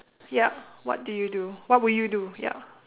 yup what do you do what would you do ya